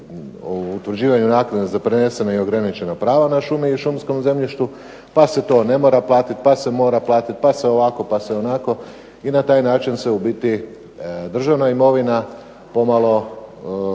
o utvrđivanju naknade za prenesena i ograničena prava na šume i šumskom zemljištu pa se to ne mora platit, pa se mora platit, pa se ovako pa se onako i na taj način se u biti državna imovina pomalo